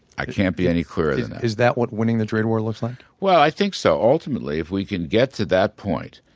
i can't be any clearer is that what winning the trade war looks like? well i think so, ultimately if we can get to that point,